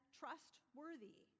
trustworthy